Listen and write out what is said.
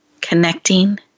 connecting